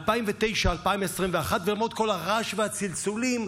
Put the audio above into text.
2009 2021, למרות כל הרעש והצלצולים,